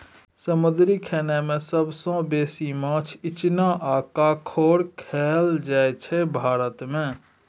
समुद्री खेनाए मे सबसँ बेसी माछ, इचना आ काँकोर खाएल जाइ छै भारत मे